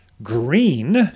Green